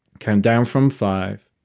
count down from five.